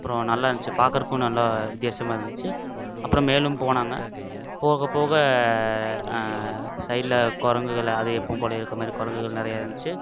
அப்புறம் நல்லா இருந்துச்சு பார்க்கறக்கும் நல்ல வித்தியாசமா இருந்துச்சு அப்புறம் மேலும் போனாங்க போக போக சைடில் குரங்குகள அது எப்பவும் போல இருக்கிற மாதிரி குரங்குகள் நிறையா இருந்துச்சு